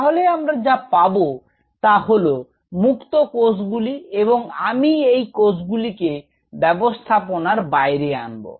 তাহলে আমরা যা পাব তা হল মুক্ত কোষগুলি এবং আমি এই কোষগুলিকে ব্যাবস্থাপনার বাইরে আনব